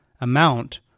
amount